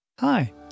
hi